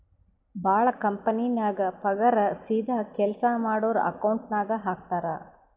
ಭಾಳ ಕಂಪನಿನಾಗ್ ಪಗಾರ್ ಸೀದಾ ಕೆಲ್ಸಾ ಮಾಡೋರ್ ಅಕೌಂಟ್ ನಾಗೆ ಹಾಕ್ತಾರ್